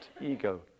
ego